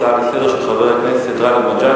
הצעה לסדר-היום שמספרה 4008 של חבר הכנסת גאלב מג'אדלה: